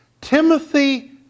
Timothy